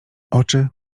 oczy